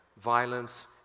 violence